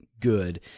good